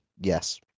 yes